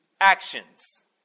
actions